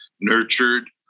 nurtured